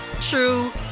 true